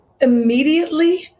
Immediately